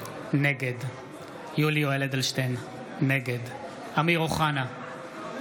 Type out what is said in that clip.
נגד יולי יואל אדלשטיין, נגד אמיר אוחנה,